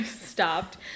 stopped